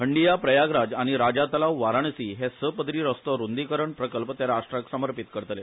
हंडीया प्रयागराज आनी राजा तलाव वाराणसी हे स पदरी रस्तो रूंदीकरण प्रकल्प ते राष्ट्राक समर्पित करतले